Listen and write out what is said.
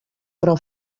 però